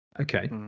okay